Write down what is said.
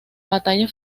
batalla